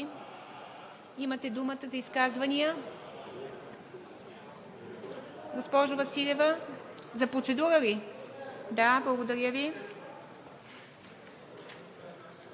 Имате думата за изказвания. Госпожо Василева, за процедура ли? Да, благодаря Ви.